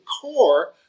core